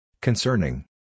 Concerning